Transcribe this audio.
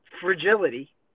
fragility